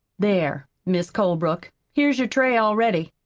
there, mis' colebrook, here's your tray all ready.